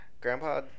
grandpa